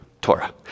Torah